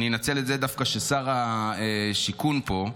אני דווקא אנצל את זה ששר השיכון פה.